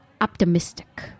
optimistic